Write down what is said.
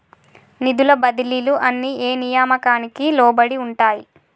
నిధుల బదిలీలు అన్ని ఏ నియామకానికి లోబడి ఉంటాయి?